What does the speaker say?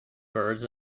birds